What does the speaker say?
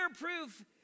proof